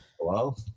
Hello